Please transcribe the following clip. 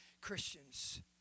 Christians